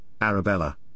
Arabella